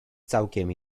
całkiem